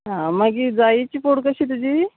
आं मागीर जायेची पोड कशी तुजी